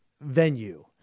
venue